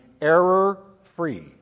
error-free